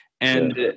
And-